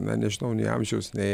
na nežinau nei amžiaus nei